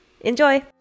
Enjoy